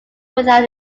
without